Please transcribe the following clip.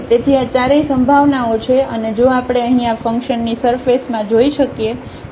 તેથી આ ચારેય સંભાવનાઓ છે અને જો આપણે અહીં આ ફંકશનની સરફેસમાં જોઈ શકીએ